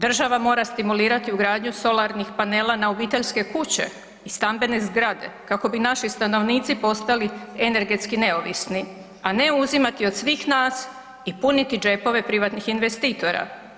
Država mora stimulirati ugradnju solarnih panela na obiteljske kuće i stambene zgrade kako bi naši stanovnici postali energetski neovisni, a ne uzimati od svih nas i puniti džepove privatnih investitora.